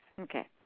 Okay